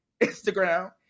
Instagram